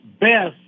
best